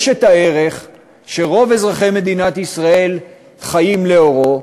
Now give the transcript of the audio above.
יש ערך שרוב אזרחי מדינת ישראל חיים לאורו,